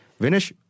Vinish